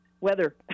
Weather